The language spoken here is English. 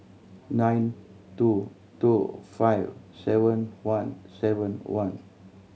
nine two two five seven one seven one